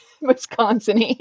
Wisconsin